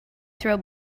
throw